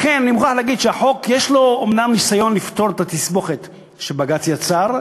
לכן אני מוכרח להגיד שבחוק יש אומנם ניסיון לפתור את התסבוכת שבג"ץ יצר,